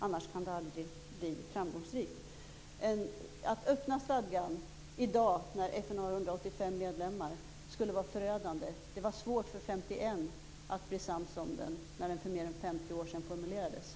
Annars kan det aldrig bli framgångsrikt. Att öppna stadgan i dag, när FN har 185 medlemmar, skulle vara förödande. Det var svårt för 51 att bli sams om den när den formulerades för mer än 50 år sedan.